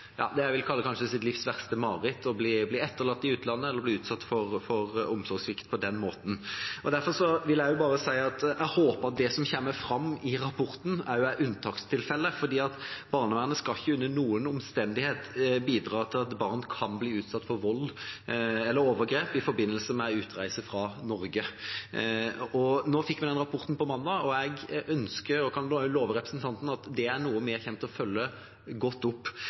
det jeg vil kalle kanskje sitt livs verste mareritt: å bli etterlatt i utlandet eller bli utsatt for omsorgssvikt på den måten. Derfor vil jeg bare si at jeg håper det som kommer fram i rapporten, er unntakstilfeller, for barnevernet skal ikke under noen omstendighet bidra til at barn kan bli utsatt for vold eller overgrep i forbindelse med utreise fra Norge. Nå fikk vi den rapporten på mandag, og jeg kan bare love representanten at det er noe vi kommer til å følge godt opp.